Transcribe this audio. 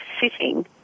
sitting